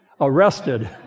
arrested